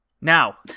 Now